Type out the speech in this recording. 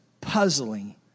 puzzling